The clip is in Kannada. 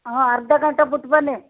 ಹಾಂ ಅರ್ಧ ಗಂಟೆ ಬಿಟ್ ಬನ್ನಿ